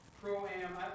pro-am